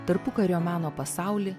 tarpukario meno pasaulį